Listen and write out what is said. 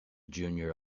junior